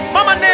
Mama